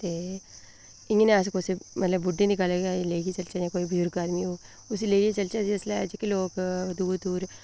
ते इ'यां अस बुड्ढें दी गल्ल लेइयै गै चलचै कोई बजुर्ग आदमी होग उसी लेइयै चलचै जेह्के लोग दूर दूर